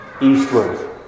eastward